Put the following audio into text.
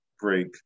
break